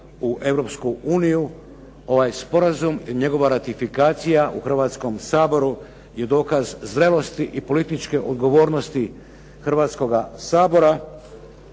Hrvatskom